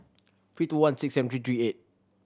three two one six seven three three eight